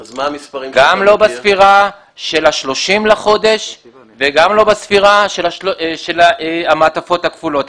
גם לא בספירה של ה-30 בחודש וגם לא בספירה של המעטפות הכפולות.